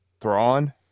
Thrawn